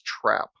trap